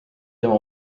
tema